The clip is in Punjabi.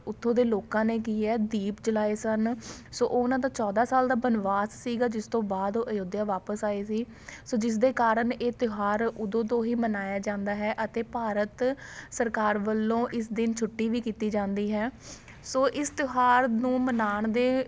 ਉੱਥੋਂ ਦੇ ਲੋਕਾਂ ਨੇ ਕੀ ਹੈ ਦੀਪ ਜਲਾਏ ਸਨ ਸੋ ਉਹਨਾਂ ਦਾ ਚੌਦਾਂ ਸਾਲ ਦਾ ਬਨਵਾਸ ਸੀਗਾ ਜਿਸ ਤੋਂ ਬਾਅਦ ਅਯੋਧਿਆ ਵਾਪਸ ਆਏ ਸੀ ਸੋ ਜਿਸ ਦੇ ਕਾਰਨ ਇਹ ਤਿਉਹਾਰ ਉੱਦੋਂ ਤੋਂ ਹੀ ਮਨਾਇਆ ਜਾਂਦਾ ਹੈ ਅਤੇ ਭਾਰਤ ਸਰਕਾਰ ਵੱਲੋਂ ਇਸ ਦਿਨ ਛੁੱਟੀ ਵੀ ਕੀਤੀ ਜਾਂਦੀ ਹੈ ਸੋ ਇਸ ਤਿਉਹਾਰ ਨੂੰ ਮਨਾਉਣ ਦੇ